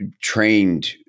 trained